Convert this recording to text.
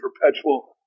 perpetual